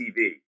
TV